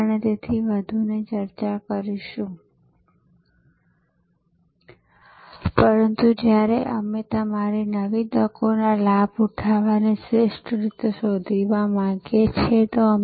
અને તેથી તેઓ તે મુજબ લોકો પર ભાર વહેંચે છે જેથી માનવીય ભૂલની સંભાવના ઓછી હોય અને મેં કહ્યું તેમ એક ડબ્બાને પરત કરવામાં આવે છે એક તાજો ડબ્બો લેવામાં આવે છે અને તે જ રીતે એક ડબ્બાને લેવામાં આવે છે જે પહેલેથી જ છે